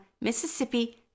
Mississippi